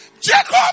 Jacob